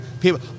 people